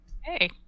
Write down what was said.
Hey